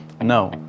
No